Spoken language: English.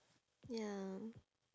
ya